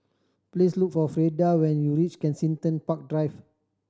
please look for Freida when you reach Kensington Park Drive